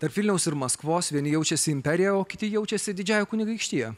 tarp vilniaus ir maskvos vieni jaučiasi imperija o kiti jaučiasi didžiąja kunigaikštija